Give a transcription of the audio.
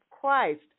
Christ